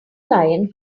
lion